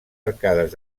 arcades